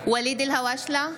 ואליד אלהואשלה,